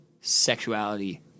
sexuality